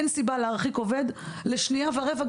אין סיבה להרחיק עובד לשנייה ורבע,